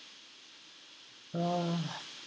uh